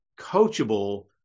coachable